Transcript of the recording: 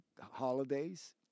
holidays